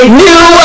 new